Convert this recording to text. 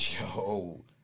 Yo